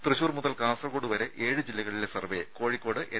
ത്യശൂർ മുതൽ കാസർകോട് വരെ ഏഴ് ജില്ലകളിലെ സർവേ കോഴിക്കോട് എൻ